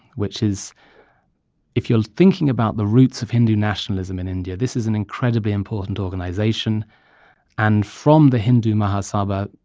which is if you're thinking about the roots of hindu nationalism in india, this is an incredibly important organization and from the hindu mahasabha,